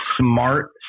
smart